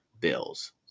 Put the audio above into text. Bills